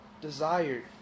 desired